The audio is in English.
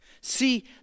See